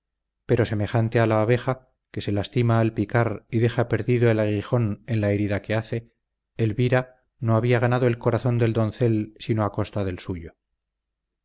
pero semejante a la abeja que se lastima al picar y deja perdido el aguijón en la herida que hace elvira no había ganado el corazón del doncel sino a costa del suyo